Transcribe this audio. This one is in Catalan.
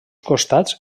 costats